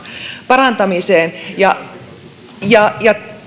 parantamiseen